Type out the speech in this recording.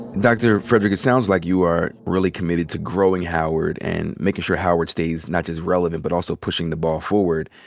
dr. frederick, it sounds like you are really committed to growing howard and making sure howard stays not just relevant but also pushing the ball forward.